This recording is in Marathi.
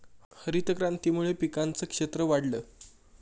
हरितक्रांतीमुळे पिकांचं क्षेत्र वाढलं